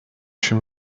się